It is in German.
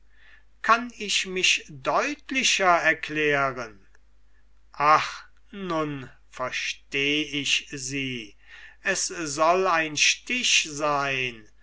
kann ich mich deutlicher erklären ach nun versteh ich sie es soll ein stich sein